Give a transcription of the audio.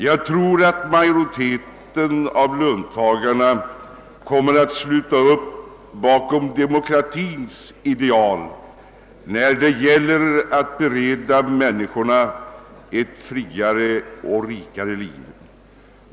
Jag tror att majoriteten av löntagarna kommer att sluta upp bakom demokratins ideal när det gäller att bereda människorna ett friare och rikare liv.